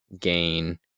gain